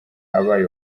abaye